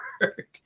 work